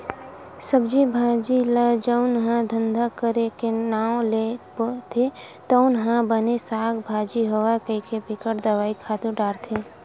सब्जी भाजी ल जउन ह धंधा करे के नांव ले बोथे तउन ह बने साग भाजी होवय कहिके बिकट दवई, खातू डारथे